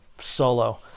solo